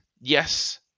yes